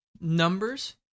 Numbers